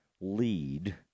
lead